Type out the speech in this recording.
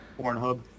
Pornhub